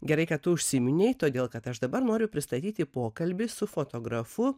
gerai kad tu užsiminei todėl kad aš dabar noriu pristatyti pokalbį su fotografu